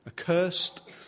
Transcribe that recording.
Accursed